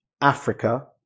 Africa